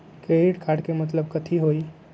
Credit card के मतलब कथी होई?